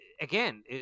again